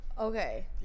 Okay